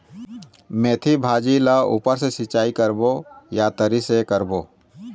मेंथी भाजी ला ऊपर से सिचाई करबो या तरी से करबो?